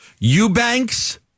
Eubanks